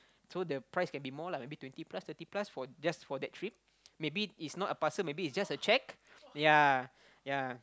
so the price can be more lah maybe twenty plus thirty plus for just just for the trip maybe it's not a parcel maybe it's just a cheque yea